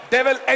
Devil